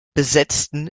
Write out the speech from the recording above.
besetzten